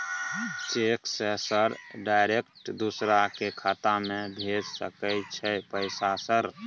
Cheque से sir direct दूसरा के खाता में भेज सके छै पैसा सर?